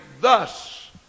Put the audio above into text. thus